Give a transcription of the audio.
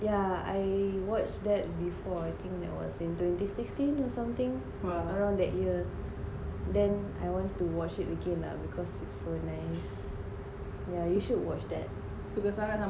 yeah I watched that before I think that was in twenty sixteen or something around that year then I want to watch it again lah because its so nice yeah you should watch that